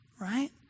right